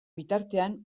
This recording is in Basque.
bitartean